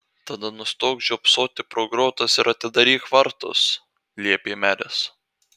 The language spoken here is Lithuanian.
tada nustok žiopsoti pro grotas ir atidaryk vartus liepė meris